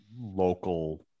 local